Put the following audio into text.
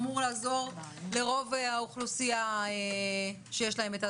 אמורים לעזור לרוב האוכלוסייה שיש להם.